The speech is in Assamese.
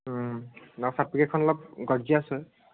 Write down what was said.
বা চাৰ্টিফিকেটখন অলপ গৰ্জিয়াছ হয়